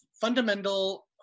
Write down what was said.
fundamental